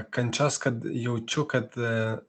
kančios kad jaučiu kad